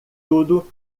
tudo